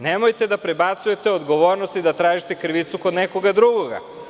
Nemojte da prebacujete odgovornost i da tražite krivicu kod nekoga drugoga.